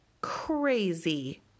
crazy